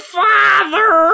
father